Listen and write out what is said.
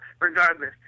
Regardless